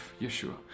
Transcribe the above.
Yeshua